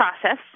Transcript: process